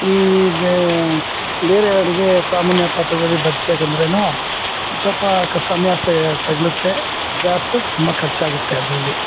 ಈ ಬೇರೆ ಅಡಿಗೆ ಸಾಮಾನ್ಯ ಪಾತ್ರೆಗಳಲ್ಲಿ ಬಳಸ್ಬೇಕಂದ್ರೆ ಸ್ವಲ್ಪ ಸಮಯ ಸ ತಗಲುತ್ತೆ ಗ್ಯಾಸು ತುಂಬ ಖರ್ಚಾಗತ್ತೆ ಅದರಲ್ಲಿ